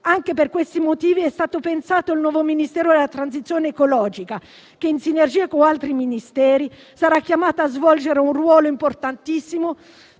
Anche per questi motivi, è stato pensato il nuovo Ministero della transizione ecologica che, in sinergia con altri Ministeri, sarà chiamato a svolgere un ruolo importantissimo